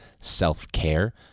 self-care